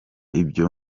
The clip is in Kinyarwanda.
ibyo